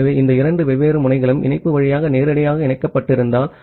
ஆகவே இந்த இரண்டு வெவ்வேறு முனைகளும் இணைப்பு வழியாக நேரடியாக இணைக்கப்பட்டிருந்தால்